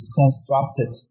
constructed